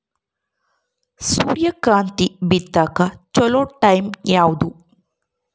ಸೂರ್ಯಕಾಂತಿ ಬಿತ್ತಕ ಚೋಲೊ ಟೈಂ ಯಾವುದು?